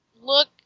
look